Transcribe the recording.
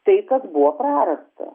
tai kas buvo prarasta